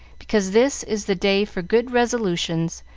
because this is the day for good resolutions,